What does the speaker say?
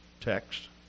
text